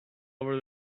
over